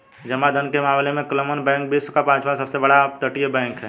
जमा धन के मामले में क्लमन बैंक विश्व का पांचवा सबसे बड़ा अपतटीय बैंक है